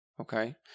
Okay